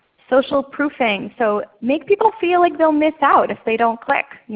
social proofing, so make people feel like they'll miss out if they don't click. you